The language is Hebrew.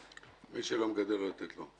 מי שלא מגדל, לא לתת לו.